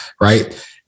Right